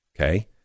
Okay